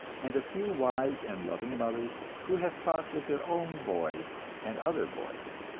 and a few wise and loving mothers who have talked with their own boys and other boys.